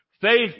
faith